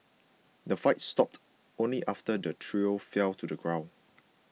the fight stopped only after the trio fell to the ground